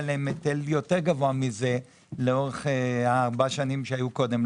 עליהם היטל גבוה מזה לאורך ארבע השנים הקודמות,